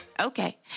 okay